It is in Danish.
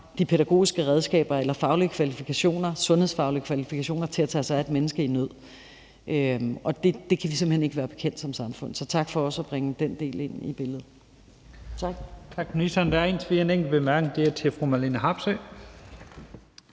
de pædagogiske redskaber eller de sundhedsfaglige kvalifikationer til at tage sig af et menneske i nød. Og det kan vi simpelt hen ikke være bekendt som samfund. Så tak for også at bringe den del ind i billedet. Tak.